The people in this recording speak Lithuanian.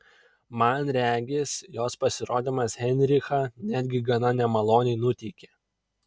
man regis jos pasirodymas heinrichą netgi gana nemaloniai nuteikė